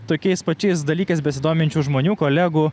tokiais pačiais dalykais besidominčių žmonių kolegų